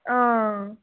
हां